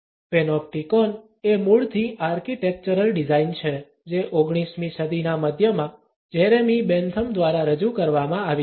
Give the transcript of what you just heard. panopticon એ મૂળથી architectural design છે જે 19 મી સદીના મધ્યમાં જેરેમી બેંથમ દ્વારા રજૂ કરવામાં આવી હતી